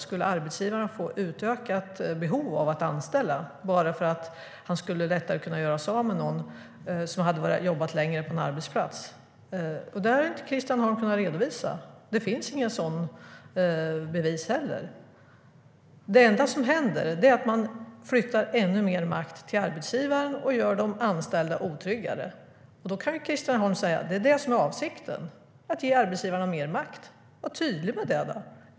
Skulle arbetsgivaren få ökat behov av att anställa för att han lättare skulle kunna göra sig av med någon som jobbat längre på en arbetsplats? Detta har inte Christian Holm kunnat svara på. Det finns inget bevis för det han säger heller. Det enda som händer är att man flyttar ännu mer makt till arbetsgivaren och gör de anställda otryggare. Då kan väl Christian Holm säga att det är just detta som är avsikten, att ge arbetsgivarna mer makt. Var tydlig med det, då!